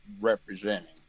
representing